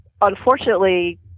unfortunately